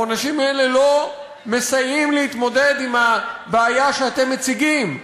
העונשים האלה לא מסייעים להתמודדות עם הבעיה שאתם מציגים,